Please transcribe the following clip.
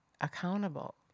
accountable